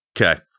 Okay